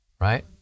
Right